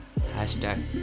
hashtag